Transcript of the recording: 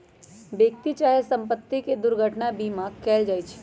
व्यक्ति चाहे संपत्ति के दुर्घटना बीमा कएल जाइ छइ